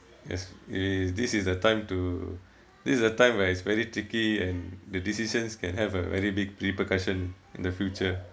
yes is this is the time to this is the time where it's very tricky and the decisions can have a very big repercussion in the future